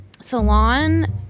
salon